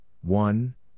one